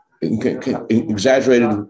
Exaggerated